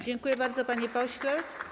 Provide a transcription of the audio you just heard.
Dziękuję bardzo, panie pośle.